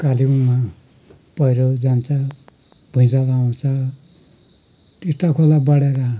कालेबुङमा पहिरो जान्छ भुइँचालो आउँछ टिस्टा खोला बढेर